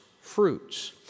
fruits